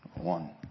one